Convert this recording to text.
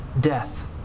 death